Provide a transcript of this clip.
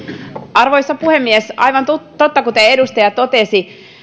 arvoisa puhemies aivan totta kuten edustaja totesi